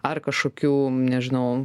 ar kažkokių nežinau